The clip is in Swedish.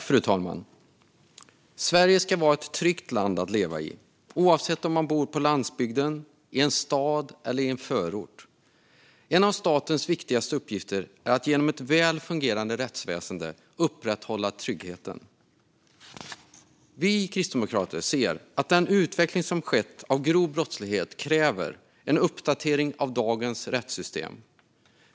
Fru talman! Sverige ska vara ett tryggt land att leva i, oavsett om man bor på landsbygden, i en stad eller i en förort. En av statens viktigaste uppgifter är att genom ett väl fungerande rättsväsen upprätthålla tryggheten. Vi kristdemokrater ser att den utveckling som skett när det gäller grov brottslighet kräver en uppdatering av dagens rättssystem.